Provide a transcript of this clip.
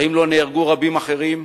האם לא נהרגו רבים אחרים,